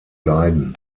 leiden